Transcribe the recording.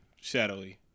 shadowy